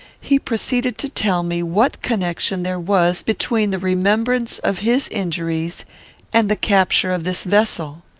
he proceeded to tell me what connection there was between the remembrance of his injuries and the capture of this vessel.